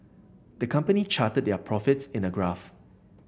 the company charted their profits in a graph